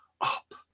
up